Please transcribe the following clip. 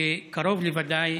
שקרוב לוודאי